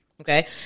okay